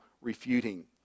refuting